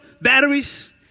batteries